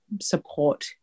support